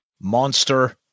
Monster